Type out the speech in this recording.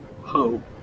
hope